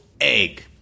egg